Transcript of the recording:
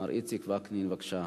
מר איציק וקנין, בבקשה.